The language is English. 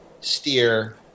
steer